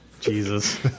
jesus